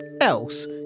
else